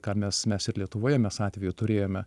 ką mes mes ir lietuvoje mes atvejų turėjome